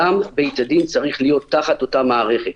גם בית-הדין צריך להיות תחת אותה מערכת.